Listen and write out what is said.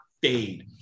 fade